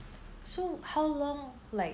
so how long like